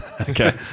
Okay